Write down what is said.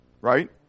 Right